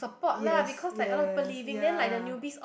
yes yes ya